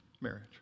marriage